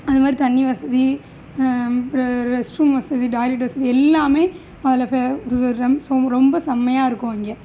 அதுமாதிரி தண்ணி வசதி ரெ ரெஸ்ட்ரூம் வசதி டாய்லெட் வசதி எல்லாமே அதில் ஃபே ரொம்ப செம் ரொம்ப செம்மையா இருக்கும் அங்கே